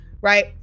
right